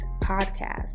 Podcast